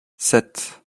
sept